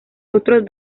otros